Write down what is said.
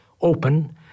open